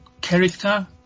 character